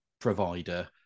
provider